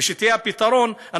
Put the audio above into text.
ויהיה פתרון,